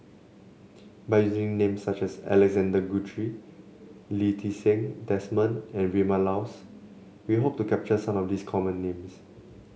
by using names such as Alexander Guthrie Lee Ti Seng Desmond and Vilma Laus we hope to capture some of the common names